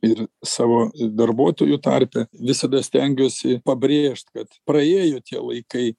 ir savo darbuotojų tarpe visada stengiuosi pabrėžt kad praėjo tie laikai